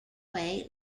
way